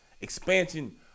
expansion